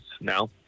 now